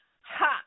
Ha